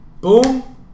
boom